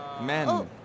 Men